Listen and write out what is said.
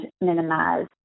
minimize